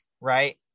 right